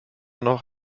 noch